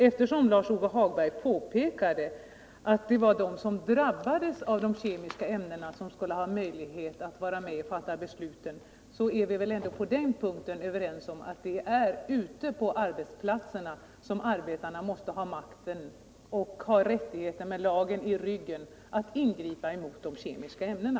Eftersom Lars-Ove Hagberg påpekade att det var de som drabbades av de kemiska ämnena som skulle ha möjlighet att vara med och fatta besluten, så är vi väl ändå överens om att det är ute på arbetsplatserna som arbetarna måste ha makten och rättigheten — med lagen i ryggen — att ingripa mot de kemiska ämnena.